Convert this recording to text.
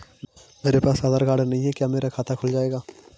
मेरे पास आधार कार्ड नहीं है क्या मेरा खाता खुल जाएगा?